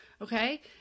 Okay